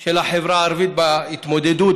של החברה הערבית בהתמודדות,